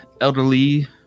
elderly